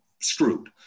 screwed